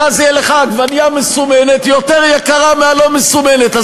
ואז תהיה לך עגבנייה מסומנת יותר יקרה מהלא-מסומנת.